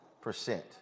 percent